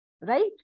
right